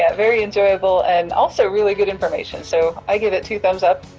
ah very enjoyable and also really good information. so, i give it two thumbs up.